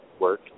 work